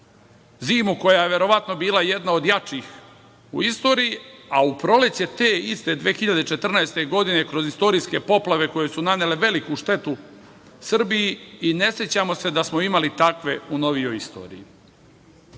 zimu koja je verovatno bila jedna od jačih u istoriji, a u proleće te iste 2014. godine kroz istorijske poplave, koje su nanele veliku štetu Srbiji i ne sećamo se da smo imali takve u novijoj istoriji.